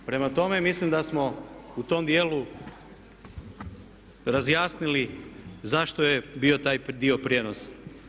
Prema tome, mislim da smo u tome dijelu razjasnili zašto je bio taj dio prijenos.